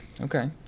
Okay